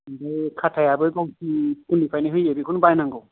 खाथायाबो गावसिनि स्कुलनिफ्रायनों होयो बिखौनो बायनांगौ